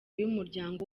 y’umuryango